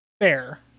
Fair